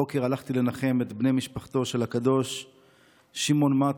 הבוקר הלכתי לנחם את משפחתו של הקדוש שמעון מעטוף,